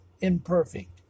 imperfect